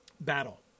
battle